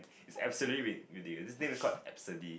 it's absolutely ridiculous this name is called Absidy